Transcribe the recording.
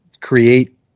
create